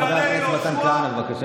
להיות מטורף זה בעיה?